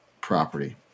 property